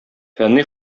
фәнни